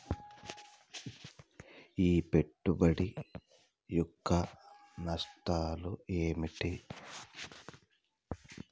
ఈ పెట్టుబడి యొక్క నష్టాలు ఏమిటి?